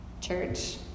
church